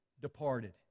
departed